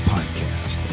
Podcast